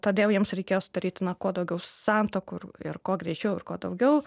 todėl jiems reikėjo sudaryti na kuo daugiau santuokų ir ir kuo greičiau ir kuo daugiau